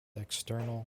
external